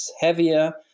heavier